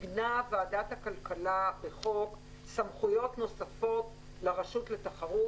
עיגנה ועדת הכלכלה בחוק סמכויות נוספות לרשות לתחרות